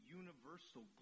universal